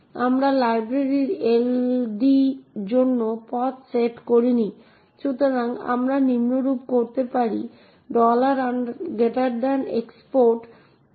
এবং বিভিন্ন অ্যাক্সেস নিয়ন্ত্রণ নীতি যেমন পড়তে লিখতে এবং কার্যকর করতে দেয় তা নিশ্চিত করার জন্য কে ফাইল পড়তে পারে কে তাদের ফাইল লিখতে বা সংশোধন করতে পারে এবং কারা সংশ্লিষ্ট প্রোগ্রামগুলি চালনা করতে পারে